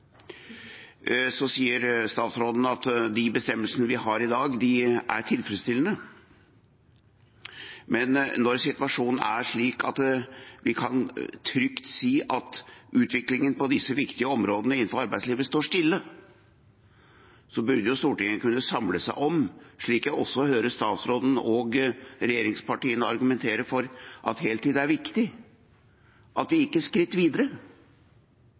sier at de bestemmelsene vi har i dag, er tilfredsstillende. Men når situasjonen er slik at vi trygt kan si at utviklingen på disse viktige områdene innenfor arbeidslivet står stille, burde Stortinget kunne samle seg om, slik jeg også hører statsråden og regjeringspartiene argumentere for, at heltid er viktig, og at vi gikk et skritt videre.